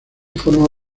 forma